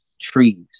trees